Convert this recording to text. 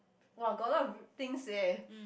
!wah! got a lot of things eh